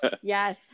Yes